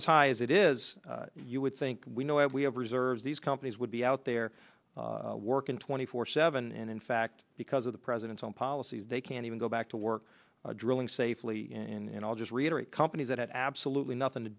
as high as it is you would think we know if we have reserves these companies would be out there working twenty four seven and in fact because of the president's own policies they can't even go back to work drilling safely and i'll just reiterate companies that had absolutely nothing to